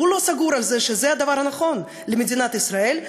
הוא לא סגור על זה שזה הדבר הנכון למדינת ישראל,